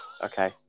Okay